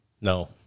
No